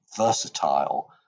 versatile